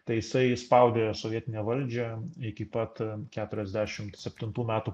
tai jisai spaudė sovietinę valdžią iki pat keturiasdešimt septintų metų